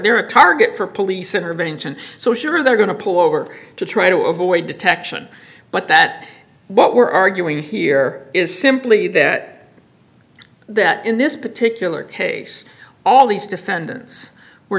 there a target for police intervention so sure they're going to pull over to try to avoid detection but that what we're arguing here is simply that that in this particular case all these defendants were